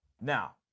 Now